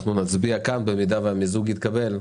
נצביע, ואם המיזוג יתקבל,